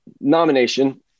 Nomination